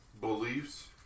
beliefs